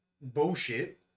bullshit